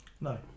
No